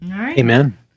Amen